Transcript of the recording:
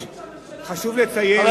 חוק,